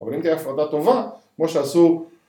אבל אם תהיה הפרדה טובה, כמו שעשו